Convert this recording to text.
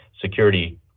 security